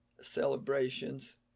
celebrations